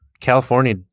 California